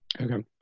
Okay